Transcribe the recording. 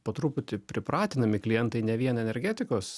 po truputį pripratinami klientai ne vien energetikos